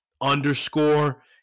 underscore